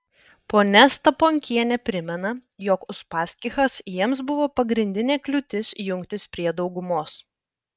ponia staponkienė primena jog uspaskichas jiems buvo pagrindinė kliūtis jungtis prie daugumos